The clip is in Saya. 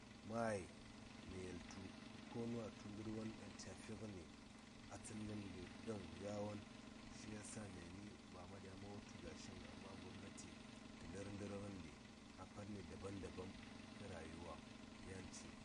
Mai mə yel tu konu atu ngər won ɗaŋ cya fi ngəni a tsən ngən kə ɗəŋ yawon shi ya myani ba dya ma wutu gashiŋ amma gobnati tə lər ɗər ngənɗi a panni daban daban kə rayuwa.